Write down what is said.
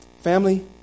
Family